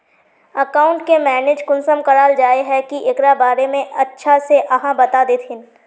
Account के manage कुंसम कराल जाय है की एकरा बारे में अच्छा से आहाँ बता देतहिन?